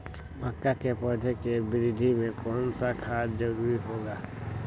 मक्का के पौधा के वृद्धि में कौन सा खाद जरूरी होगा?